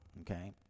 okay